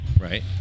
Right